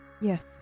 Yes